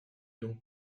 donc